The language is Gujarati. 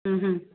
હં હં